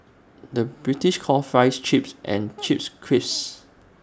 the British calls Fries Chips and Chips Crisps